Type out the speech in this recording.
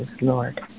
Lord